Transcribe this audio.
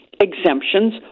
Exemptions